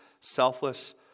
selfless